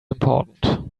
important